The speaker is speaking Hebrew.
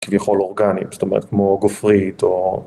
כביכול אורגנים, זאת אומרת כמו גופרית או...